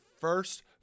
first